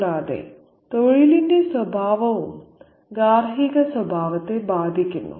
കൂടാതെ തൊഴിലിന്റെ സ്വഭാവവും ഗാർഹിക സ്വഭാവത്തെ ബാധിക്കുന്നു